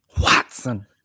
Watson